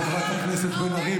חברת הכנסת בן ארי,